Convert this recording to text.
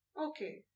Okay